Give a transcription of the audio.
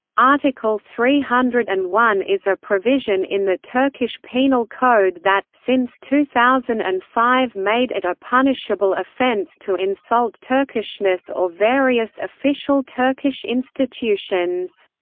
article three hundred and one is a provision in the turkish penal code that, since two thousand and five made it a punishable offense to insult turkishness or various official turkish institutions.